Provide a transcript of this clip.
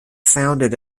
founded